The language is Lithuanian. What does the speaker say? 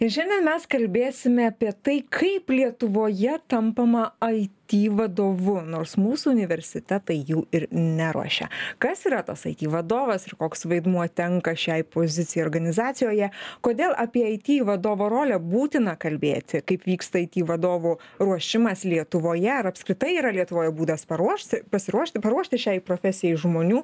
ir šiandien mes kalbėsime apie tai kaip lietuvoje tampama aiti vadovu nors mūsų universitetai jų ir neruošia kas yra tas aiti vadovas ir koks vaidmuo tenka šiai pozicijai organizacijoje kodėl apie aiti vadovo rolę būtina kalbėti kaip vyksta aiti vadovų ruošimas lietuvoje ar apskritai yra lietuvoje būdas paruošti pasiruošti paruošti šiai profesijai žmonių